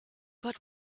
but